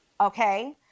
Okay